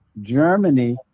Germany